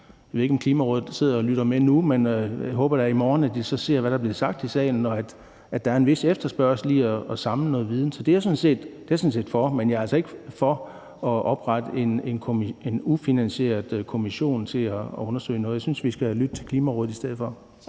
Jeg ved ikke, om Klimarådet sidder og lytter med nu, men jeg håber da, at de så ser i morgen, hvad der er blevet sagt i salen, og at der er en vis efterspørgsel på at samle noget viden. Så det er jeg sådan set for. Men jeg er altså ikke for at oprette en ufinansieret kommission til at undersøge noget. Jeg synes, vi skal lytte til Klimarådet i stedet for.